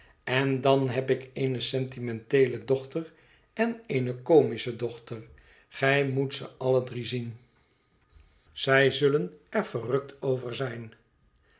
en dan heh ik eene sentimenteele dochter en eene comische dochter gij moet ze alle drie zien zij zullen er verrukt over zijn